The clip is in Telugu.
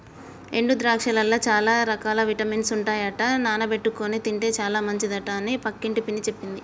ఎండు ద్రాక్షలల్ల చాల రకాల విటమిన్స్ ఉంటాయట నానబెట్టుకొని తింటే చాల మంచిదట అని పక్కింటి పిన్ని చెప్పింది